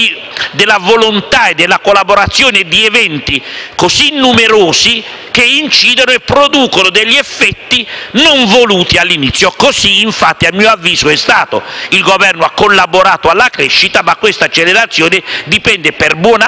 della volontà e della collaborazione di eventi così numerosi che incidono e producono effetti non voluti all'inizio. Così infatti è stato, a mio avviso: il Governo ha collaborato alla crescita, ma l'accelerazione dipende per buona parte